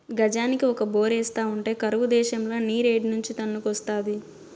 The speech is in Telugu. గజానికి ఒక బోరేస్తా ఉంటే కరువు దేశంల నీరేడ్నుంచి తన్నుకొస్తాది